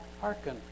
hearken